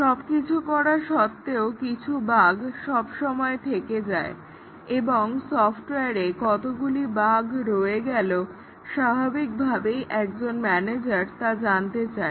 সবকিছু করা সত্ত্বেও কিছু বাগ্ সব সময় থেকে যায় এবং সফট্ওয়ারে কতগুলি বাগ্ রয়ে গেল স্বাভাবিকভাবেই একজন ম্যানেজার তা জানতে চায়